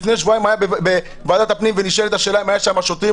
לפני שבועיים בוועדת הפנים נשאלה השאלה אם היו שם שוטרים,